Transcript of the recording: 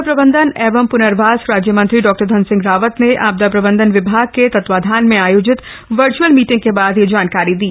आपदा प्रबन्धन एवं प्नर्वास राज्य मंत्री डॉ धन सिंह रावत ने आपदा प्रबन्धन विभाग के तत्वावधान में आयोजित वर्चअल मीटिंग के बाद यह जानकारी दी